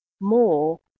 more